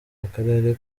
akarere